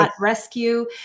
rescue